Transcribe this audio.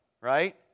right